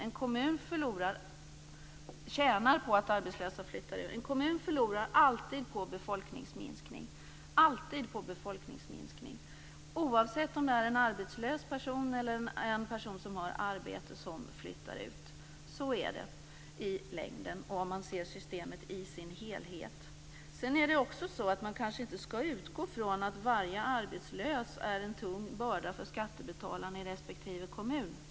En kommun tjänar på att arbetslösa flyttar ut. En kommun förlorar däremot alltid på en befolkningsminskning, oavsett om det är en arbetslös person eller en person som har arbete som flyttar ut. Så är det i längden och sett till systemet i dess helhet. Kanske skall man inte utgå från att varje arbetslös är en tung börda för skattebetalarna i respektive kommun.